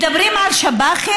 מדברים על שב"חים,